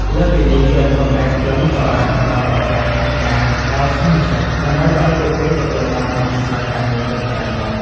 លើសពីនេះ ក្រុមហ៊ុនឯកជនក៏អាចផ្តល់ឱកាស ហាត់ការ ដល់សិស្សនិស្សិត ដើម្បីឱ្យពួកគេទទួលបានបទពិសោធន៍ការងារពិតប្រាកដ។